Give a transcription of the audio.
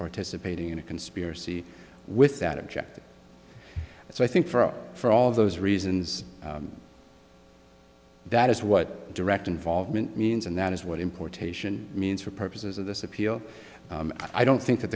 participating in a conspiracy with that object so i think for for all of those reasons that is what direct involvement means and that is what importation means for purposes of this appeal i don't think that